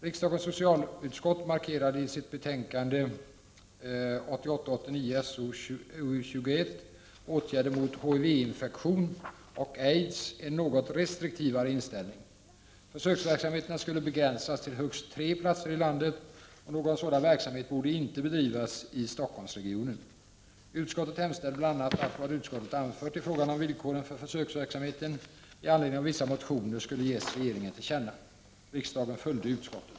Riksdagens socialutskott markerade i sitt betänkande 1988/89:SoU21 Åtgärder mot HIV-infektion och aids en något restriktivare inställning. För söksverksamheterna skulle begränsas till högst tre platser i landet, och någon sådan verksamhet borde inte bedrivas i Stockholmsregionen. Utskottet hemställde bl.a. att vad utskottet anfört i fråga om villkoren för försöksverksamheten i anledning av vissa motioner skulle ges regeringen till känna. Riksdagen följde utskottet.